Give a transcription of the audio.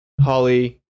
holly